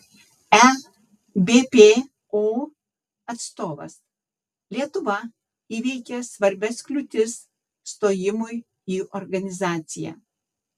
ebpo atstovas lietuva įveikė svarbias kliūtis stojimui į organizaciją